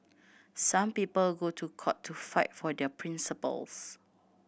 some people go to court to fight for their principles